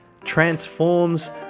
transforms